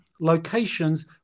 locations